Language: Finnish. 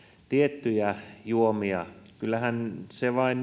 tiettyjä juomia kyllähän se vain